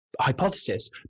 hypothesis